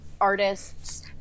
artists